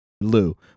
Lou